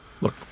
Look